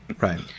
right